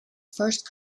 first